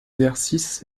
exercices